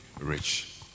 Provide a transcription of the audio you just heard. rich